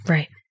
Right